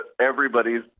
everybody's